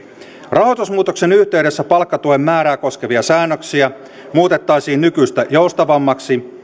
rahoitusmuutoksen yhteydessä palkkatuen määrää koskevia säännöksiä muutettaisiin nykyistä joustavammiksi